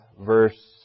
verse